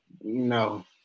No